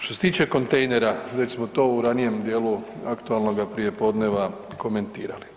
Što se tiče kontejnera, već smo to u ranijem dijelu aktualnoga prijepodneva komentirali.